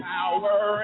Power